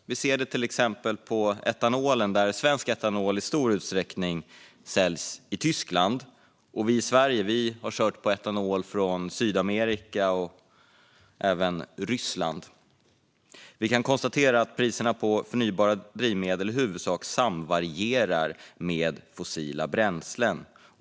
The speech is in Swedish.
Vi ser det till exempel när det gäller etanol. Svensk etanol säljs i stor utsträckning i Tyskland, och i Sverige har vi kört på etanol från Sydamerika och även Ryssland. Vi kan konstatera att priserna på förnybara drivmedel i huvudsak samvarierar med priserna på fossila bränslen.